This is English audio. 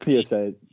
PSA